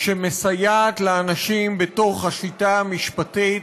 שמסייעת לאנשים בתוך השיטה המשפטית,